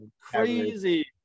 crazy